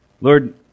Lord